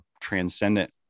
transcendent